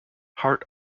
hart